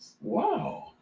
wow